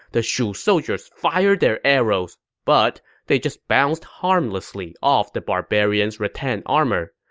the shu soldiers fired their arrows, but they just bounced harmlessly off the barbarians' rattan armor.